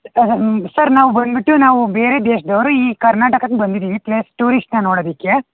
sir ನಾವು ಬಂದುಬಿಟ್ಟು ನಾವು ಬೇರೆ ದೇಶದವ್ರು ಈ ಕರ್ನಾಟಕಕ್ಕೆ ಬಂದಿದ್ದೀವಿ ಪ್ಲೇಸ್ ಟೂರಿಷ್ಟನ್ನ ನೋಡೋದಕ್ಕೆ